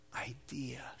idea